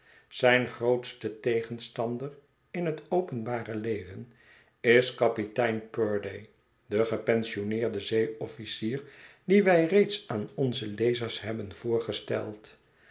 zijn grootste tegenstander in het openbare leven is kapitein purday de gepensioneerde zeeofficier dien wij reeds aan onze lezers hebben voorgesteld